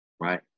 right